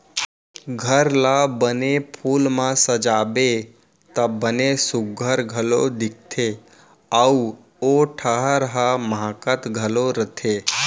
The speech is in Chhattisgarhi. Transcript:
घर ला बने फूल म सजाबे त बने सुग्घर घलौ दिखथे अउ ओ ठहर ह माहकत घलौ रथे